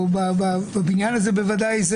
או בבניין הזה בוודאי,